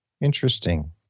Interesting